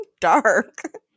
dark